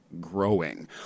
growing